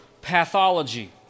pathology